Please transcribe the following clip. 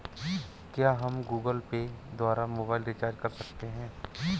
क्या हम Google Pay द्वारा मोबाइल रिचार्ज कर सकते हैं?